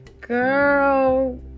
girl